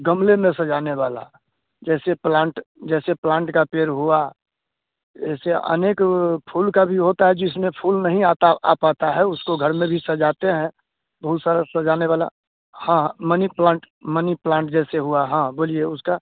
गमले में सजाने वाला जैसे प्लांट जैसे प्लांट का पेड़ हुआ जैसे अनेक फूल के भी होते हैं जिसमें फूल नहीं आता आ पाता है उसको घर में भी सजाते हैं हैं बहुत सारा सजाने वाला हाँ मनी प्लांट मनी प्लांट जैसे हुआ हाँ बोलिए उसका